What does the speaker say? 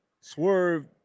swerve